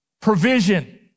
provision